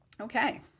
Okay